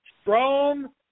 strong